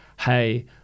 hey